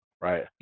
Right